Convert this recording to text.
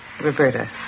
Roberta